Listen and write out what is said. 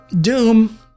Doom